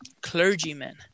clergymen